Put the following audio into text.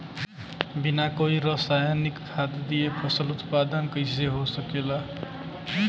बिना कोई रसायनिक खाद दिए फसल उत्पादन कइसे हो सकेला?